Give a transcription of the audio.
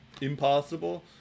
impossible